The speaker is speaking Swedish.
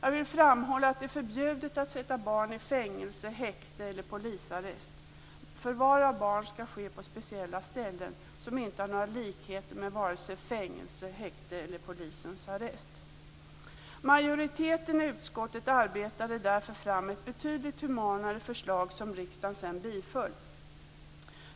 Jag vill framhålla att det är förbjudet att sätta barn i fängelse, häkte eller polisarrest. Förvar av barn skall ske på speciella ställen som inte har några likheter med vare sig fängelse, häkte eller polisens arrest. Majoriteten i utskottet arbetade därför fram ett betydligt humanare förslag som riksdagen sedan biföll.